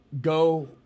go